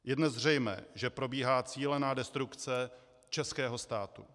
Je dnes zřejmé, že probíhá cílená destrukce českého státu.